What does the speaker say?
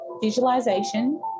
visualization